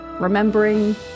remembering